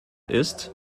ist